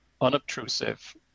unobtrusive